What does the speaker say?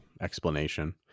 explanation